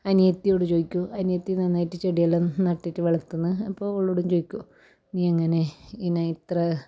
അനിയത്തിയോട് ചോദിക്കും അനിയത്തി നന്നായിട്ട് ചെടിയെല്ലാം നട്ടിട്ട് വളർത്തുന്നു അപ്പോൾ ഒളോടും ചോദിക്കും നീ എങ്ങനെ ഇതിനെ ഇത്ര